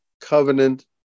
covenant